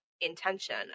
intention